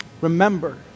Remember